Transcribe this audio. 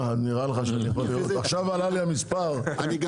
אני גם